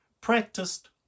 practiced